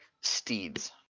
steeds